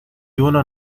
uno